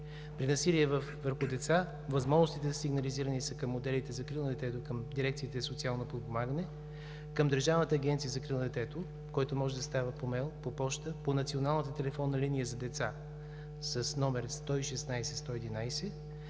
При насилие върху деца възможностите за сигнализиране са към отделите „Закрила на детето“, към дирекциите „Социално подпомагане“, към Държавната агенция за закрила на детето, което може да става по имейл, по поща, по Националната телефонна линия за деца с № 116-111,